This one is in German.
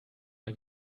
mal